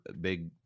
big